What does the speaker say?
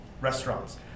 restaurants